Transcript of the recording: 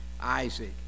Isaac